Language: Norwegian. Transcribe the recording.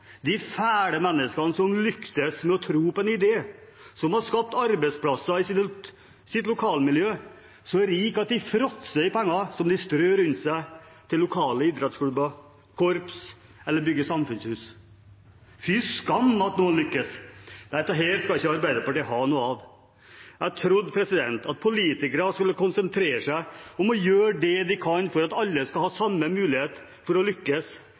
de fæle menneskene som lyktes med å tro på en idé, som har skapt arbeidsplasser i sitt lokalmiljø, så rike at de fråtser i penger, som de strør rundt seg til lokale idrettsklubber, til korps eller til å bygge samfunnshus. Fy skam at noen lykkes, dette skal ikke Arbeiderpartiet ha noe av. Jeg trodde at politikere skulle konsentrere seg om å gjøre det de kan for at vi alle skal ha samme mulighet til å lykkes,